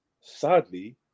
sadly